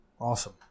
Awesome